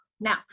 Now